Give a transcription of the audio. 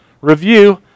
review